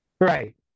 Right